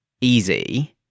easy